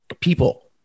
people